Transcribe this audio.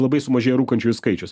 labai sumažėjo rūkančiųjų skaičius